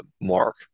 mark